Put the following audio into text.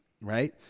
right